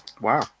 wow